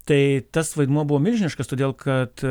tai tas vaidmuo buvo milžiniškas todėl kad